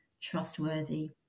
trustworthy